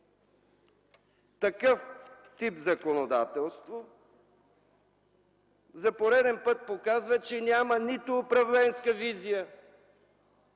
Такъв тип законодателство за пореден път показва, че няма нито управленска визия,